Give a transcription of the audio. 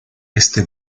este